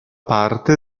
parte